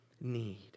need